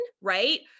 right